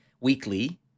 weekly